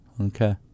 Okay